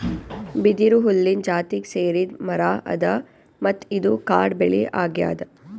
ಬಿದಿರು ಹುಲ್ಲಿನ್ ಜಾತಿಗ್ ಸೇರಿದ್ ಮರಾ ಅದಾ ಮತ್ತ್ ಇದು ಕಾಡ್ ಬೆಳಿ ಅಗ್ಯಾದ್